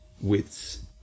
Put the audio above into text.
widths